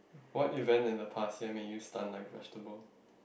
what event in the past year made you stunned like vegetable